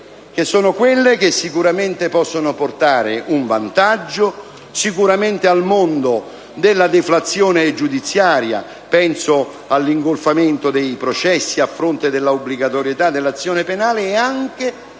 quelle che sicuramente possono portare un vantaggio in termini di deflazione giudiziaria - penso all'ingolfamento dei processi a fronte della obbligatorietà dell'azione penale - ed anche,